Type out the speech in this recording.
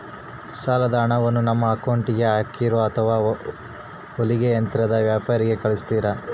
ಸಾಲದ ಹಣವನ್ನು ನಮ್ಮ ಅಕೌಂಟಿಗೆ ಹಾಕ್ತಿರೋ ಅಥವಾ ಹೊಲಿಗೆ ಯಂತ್ರದ ವ್ಯಾಪಾರಿಗೆ ಕಳಿಸ್ತಿರಾ?